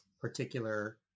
particular